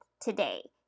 today